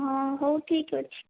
ହଁ ହେଉ ଠିକ ଅଛି